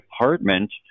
department